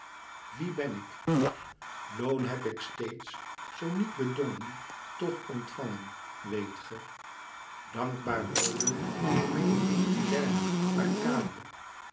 wie ben ik loon heb ik steeds zoo niet bedongen toch ontvangen weet ge dankbaar boden nemea lerna